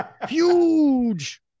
huge